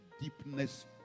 deepness